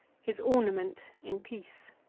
his ornament in peace.